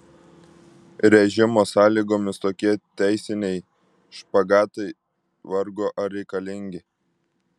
režimo sąlygomis tokie teisiniai špagatai vargu ar reikalingi